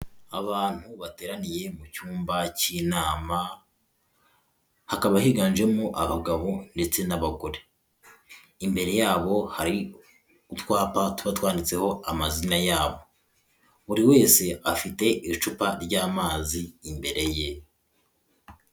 Abantu bateraniye mu cyumba cy'inama, hakaba higanjemo abagabo ndetse n'abagore, imbere yabo hari utwapa tuba twanditseho amazina yabo buri wese afite icupa ry'amazi imbere ye.